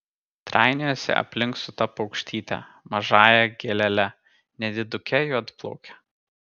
trainiojasi aplink su ta paukštyte mažąja gėlele nediduke juodplauke